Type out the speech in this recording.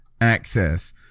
access